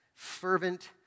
fervent